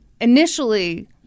Initially